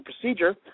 procedure